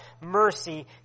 mercy